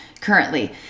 currently